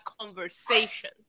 conversation